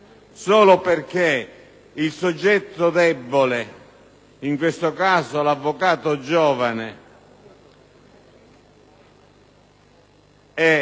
solo perché il soggetto debole, in questo caso l'avvocato giovane, è